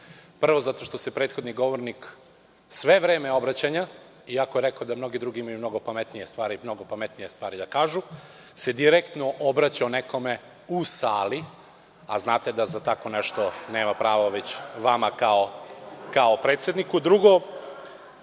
Prvo zato što se prethodni govornik sve vreme obraćanja, iako je rekao da mnogi drugi imaju mnogo pametnije stvari da kažu, direktno obraćao nekome u sali, a znate da za tako nešto nema pravo, već vama kao predsedavajućem. Drugo,